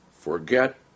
forget